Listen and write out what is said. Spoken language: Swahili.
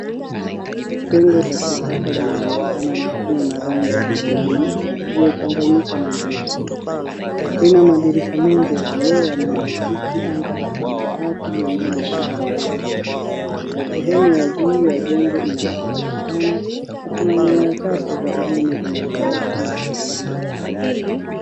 Jengo la kisasa linaonekana likiwa na rangi ya manjano iliyochanganyika na nyeusi. Lina madirisha mengi ya vioo yanayoakisi anga la samawati yenye mawingu meupe. Sehemu ya juu ya jengo ina nafasi pana, na kuna nyaya chache za umeme zinazoonekana kwa upande wa kulia.